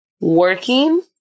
working